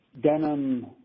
denim